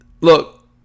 look